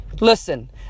Listen